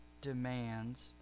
demands